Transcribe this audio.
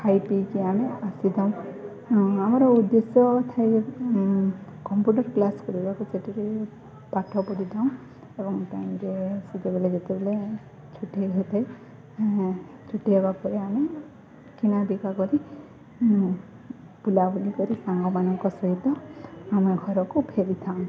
ଖାଇ ପିଇକି ଆମେ ଆସିଥାଉ ଆମର ଉଦ୍ଦେଶ୍ୟ ଥାଏ କମ୍ପ୍ୟୁଟର କ୍ଲାସ୍ କରିବାକୁ ସେଠ ବି ପାଠ ପଢ଼ିଥାଉଁ ଏବଂ ତାଙ୍କେ ସେତେବେଳେ ଯେତେବେଳେ ଛୁଟି ହୋଇଥାଏ ଛୁଟି ହେବା ପରେ ଆମେ କିଣାବିକା କରି ବୁଲାବୁଲି କରି ସାଙ୍ଗମାନଙ୍କ ସହିତ ଆମେ ଘରକୁ ଫେରିଥାଉ